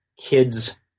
kids